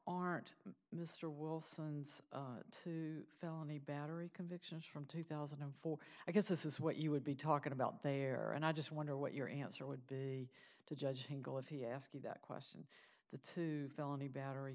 aren't you mr wilson's two felony battery convictions from two thousand and four because this is what you would be talking about they are and i just wonder what your answer would be to judge bangle if he ask you that question the two felony battery